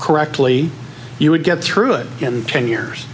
correctly you would get through it in ten years